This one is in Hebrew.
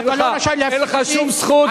לא, אתה לא רשאי להפסיק אותי.